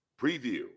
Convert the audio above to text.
preview